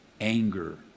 anger